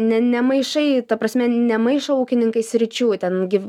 ne nemaišai ta prasme nemaišo ūkininkai sričių ten gi